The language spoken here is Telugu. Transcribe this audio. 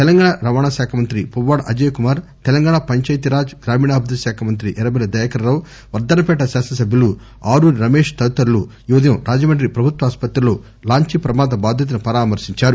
తెలంగాణ రవాణ శాఖ మంత్రి పువ్నాడ అజయ్ కుమార్ తెలంగాణ పంచాయతీరాజ్ గ్రామీణాభివృద్ది శాఖ మంత్రి ఎర్రబెల్లి దయాకర్ రావు వర్గన్న పేట శాసనసభ్యులు ఆరూరి రమేష్ తదితరులు ఈ ఉదయం రాజమండ్రి ప్రభుత్వాసుపత్రిలో లాంచీ ప్రమాద బాధితుల్పి పరామర్పించారు